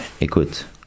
écoute